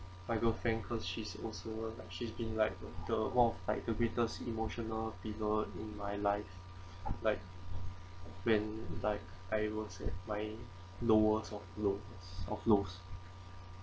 my girlfriend because she's also she's been like one of like the greatest emotional figure in my life like when like I was at my lowest of lows of lows